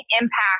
impact